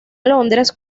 londres